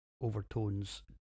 Overtones